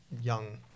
young